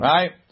Right